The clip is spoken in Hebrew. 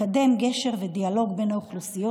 לקדם גשר ודיאלוג בין האוכלוסיות,